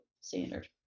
standard